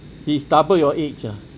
he's double your age ah